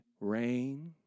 rain